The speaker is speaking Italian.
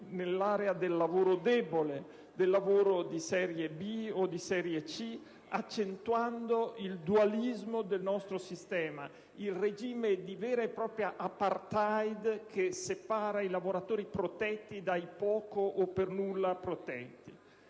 nell'area del lavoro debole, del lavoro di serie B o di serie C, accentuando il dualismo del nostro sistema, il regime di vero e proprio *apartheid* che separa i lavoratori protetti dai poco o per nulla protetti.